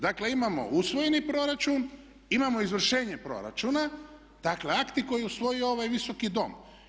Dakle imamo usvojeni proračun, imamo izvršenje proračuna, dakle akti koje je usvojio ovaj visoki dom.